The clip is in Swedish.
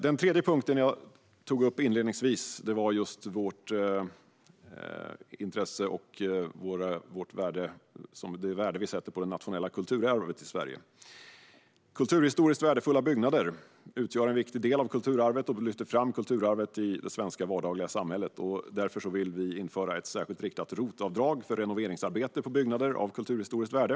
Den tredje punkten jag tog upp inledningsvis var vårt intresse för och det värde vi sätter på det nationella kulturarvet i Sverige. Kulturhistoriskt värdefulla byggnader utgör en viktig del av kulturarvet och lyfter fram kulturarvet i det svenska vardagliga samhället. Därför vill vi införa ett särskilt riktat ROT-avdrag för renoveringsarbete på byggnader av kulturhistoriskt värde.